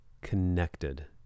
connected